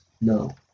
No